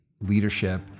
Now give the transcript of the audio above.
leadership